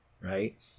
right